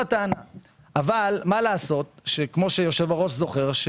מה לעשות שכמו שהיושב-ראש זוכר,